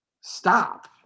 stop